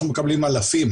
אנחנו מקבלים אלפים,